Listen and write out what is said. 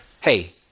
Hey